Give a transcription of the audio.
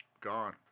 gone